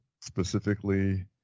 specifically